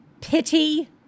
pity